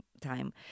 time